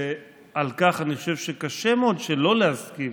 ועל כך אני חושב שקשה מאוד שלא להסכים,